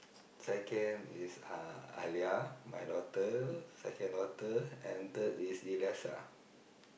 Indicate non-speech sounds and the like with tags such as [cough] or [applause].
second is uh Alia my daughter second daughter and third is Elisa [breath]